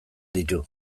ditu